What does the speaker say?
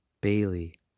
Bailey